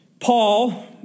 Paul